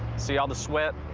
see all the sweat